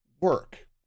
work